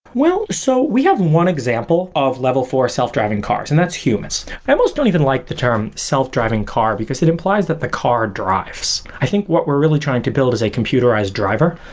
well, so we have one example of level for self-driving cars, and that's humans. i almost don't even like the term self-driving car, because it implies that the car drives. i think what we're really trying to build is a computerized driver.